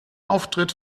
auftritt